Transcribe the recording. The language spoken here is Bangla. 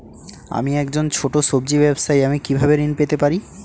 আমি একজন ছোট সব্জি ব্যবসায়ী আমি কিভাবে ঋণ পেতে পারি?